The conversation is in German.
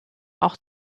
auch